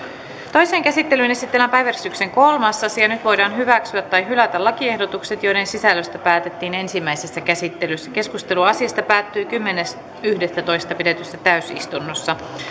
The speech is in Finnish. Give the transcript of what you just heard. toiseen käsittelyyn esitellään päiväjärjestyksen kolmas asia nyt voidaan hyväksyä tai hylätä lakiehdotukset joiden sisällöstä päätettiin ensimmäisessä käsittelyssä keskustelu asiasta päättyi kymmenes yhdettätoista kaksituhattakuusitoista pidetyssä täysistunnossa